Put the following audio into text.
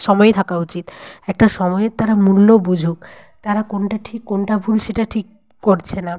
সময়ে থাকা উচিত একটা সময়ের তারা মূল্য বুঝুক তারা কোনটা ঠিক কোনটা ভুল সেটা ঠিক করছে না